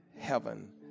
heaven